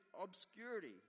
obscurity